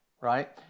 right